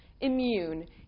immune